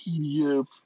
PDF